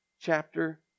chapter